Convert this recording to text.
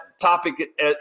topic